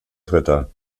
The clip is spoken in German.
dritter